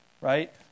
Right